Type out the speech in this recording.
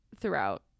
throughout